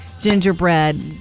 gingerbread